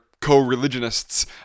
co-religionists